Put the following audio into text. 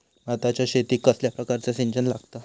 भाताच्या शेतीक कसल्या प्रकारचा सिंचन लागता?